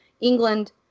England